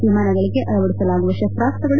ವಿಮಾನಗಳಿಗೆ ಅಳವಡಿಸಲಾಗುವ ಶಸ್ತಾಸ್ತಗಳು